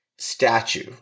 statue